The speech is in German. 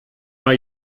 war